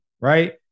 right